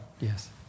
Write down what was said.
Yes